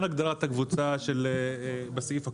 הגדרת הקבוצה בסעיף הקודם,